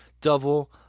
double